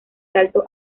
salto